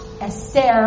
Esther